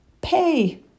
pay